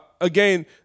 again